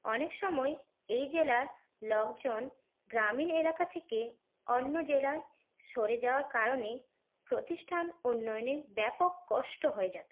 অনেক সময় এই জেলার লোকজন গ্রামীণ এলাকা থেকে অন্য জেলা সরে যাওয়ার কারণে প্রতিষ্ঠান উন্নয়নে ব্যাপক কষ্ট হয়ে যেত